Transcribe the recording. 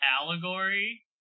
allegory